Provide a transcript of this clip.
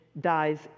dies